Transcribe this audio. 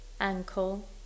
ankle